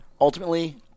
ultimately